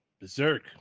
Berserk